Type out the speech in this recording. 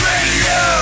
Radio